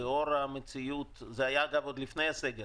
לאור המציאות זה היה כבר לפני הסגר